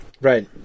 right